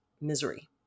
misery